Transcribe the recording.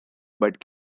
but